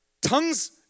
Tongues